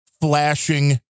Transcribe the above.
flashing